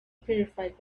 purified